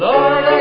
Lord